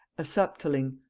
assubtiling,